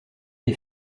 les